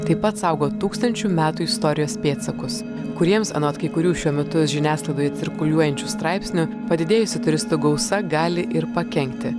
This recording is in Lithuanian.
taip pat saugo tūkstančių metų istorijos pėdsakus kuriems anot kai kurių šiuo metu žiniasklaidoje cirkuliuojančių straipsnių padidėjusi turistų gausa gali ir pakenkti